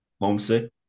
homesick